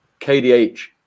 kdh